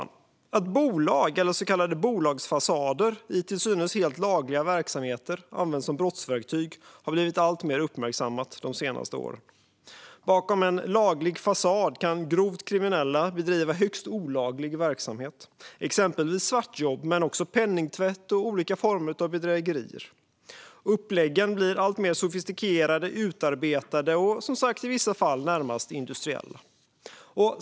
Att bolag, eller så kallade bolagsfasader, i till synes helt lagliga verksamheter används som brottsverktyg har blivit alltmer uppmärksammat de senaste åren. Bakom en laglig fasad kan grovt kriminella bedriva högst olaglig verksamhet, exempelvis svartjobb men också penningtvätt och olika former av bedrägerier. Uppläggen blir alltmer sofistikerade, utarbetade och som sagt i vissa fall närmast industriella.